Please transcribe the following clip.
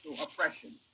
oppression